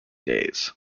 days